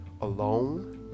alone